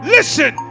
Listen